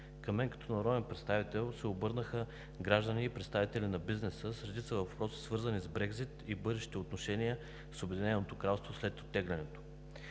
към мен като народен представител се обърнаха граждани и представители на бизнеса с редица въпроси, свързани с Брекзит и бъдещите отношения с Обединеното кралство след оттеглянето.